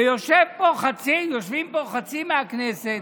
ויושבים פה חצי מהכנסת